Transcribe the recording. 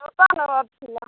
ଦେବାର ଥିଲା